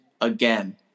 again